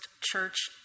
Church